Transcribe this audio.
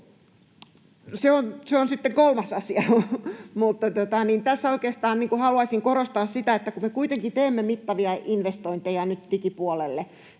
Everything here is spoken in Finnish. se on sitten kolmas asia. — Mutta, tässä oikeastaan haluaisin korostaa sitä, että kun me kuitenkin teemme mittavia investointeja nyt digipuolelle,